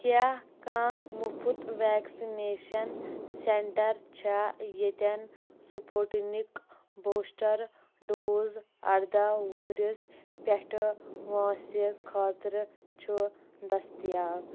کیٛاہ کانٛہہ مُفٕت ویکسِنیشن سینٹر چھا ییٚتٮ۪ن سُپوٹنِک بوٗسٹر ڈوز اردہ وُہُرِس پیٚٹھٕ وٲنٛسہِ خٲطرٕ چھُ دٔستیاب؟